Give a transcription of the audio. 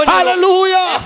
Hallelujah